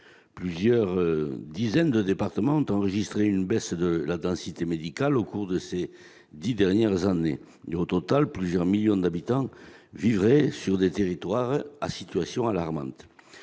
Plusieurs dizaines de départements ont enregistré une baisse de la densité médicale au cours de ces dix dernières années. Au total, plusieurs millions d'habitants vivraient dans des territoires où la situation serait